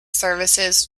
services